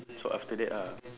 so after that ah